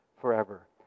forever